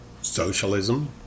socialism